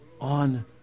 on